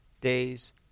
days